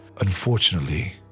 Unfortunately